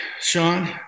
Sean